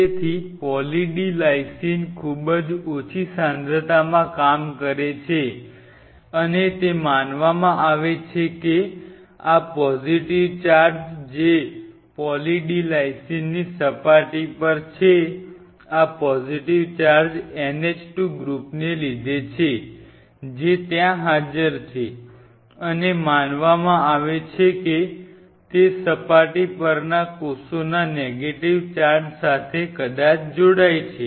તેથી poly D lysine ખૂબ જ ઓછી સાંદ્રતામાં કામ કરે છે અને તે માનવામાં આવે છે કે આ પોઝિટીવ ચાર્જ જે પોલી D લાઈસિનની સપાટી પર છે આ પોઝિટીવ ચાર્જ NH2 ગ્રુપ ને લીધે છે જે ત્યાં હાજર છે અને માનવામાં આવે છે કે તે સપાટી પર ના કોષના નેગેટીવ ચાર્જ સાથે કદાચ જોડાય છે